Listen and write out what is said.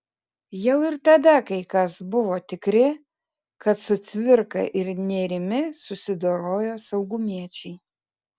jau ir tada kai kas buvo tikri kad su cvirka ir nėrimi susidorojo saugumiečiai